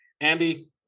Andy